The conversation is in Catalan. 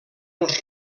els